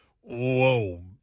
whoa